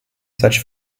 such